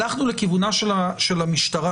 הלכנו לכיוונה של המשטרה.